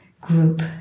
group